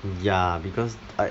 ya because I